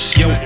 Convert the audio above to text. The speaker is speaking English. yo